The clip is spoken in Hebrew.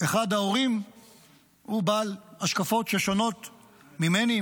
אחד ההורים הוא בעל השקפות ששונות ממני,